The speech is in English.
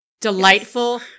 delightful